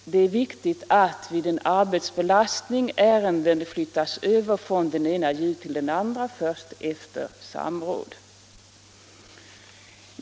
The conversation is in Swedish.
Vidare är det viktigt att ärenden vid en arbetsbelastning först efter samråd flyttas över från den ena JO till den andra.